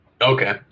Okay